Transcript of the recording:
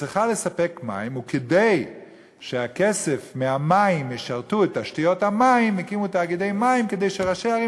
סליחה, יש לי עוד כמה משפטים, אם תרשה לי.